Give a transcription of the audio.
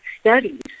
studies